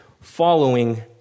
following